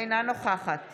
אינה נוכחת